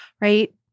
right